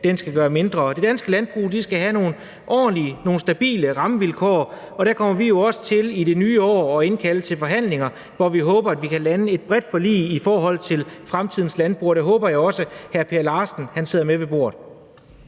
skal gøres mindre. Det danske landbrug skal have nogle ordentlige, nogle stabile rammevilkår, og vi kommer jo også til i det nye år at indkalde til forhandlinger om fremtidens landbrug, hvor vi håber at vi kan lande et bredt forlig. Og der håber jeg også at hr. Per Larsen sidder med ved bordet.